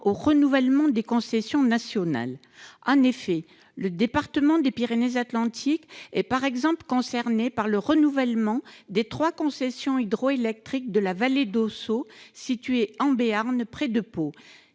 renouvellement des concessions nationales. Ainsi, le département des Pyrénées-Atlantiques est concerné par le renouvellement des trois concessions hydroélectriques de la vallée d'Ossau, située en Béarn, près de Pau.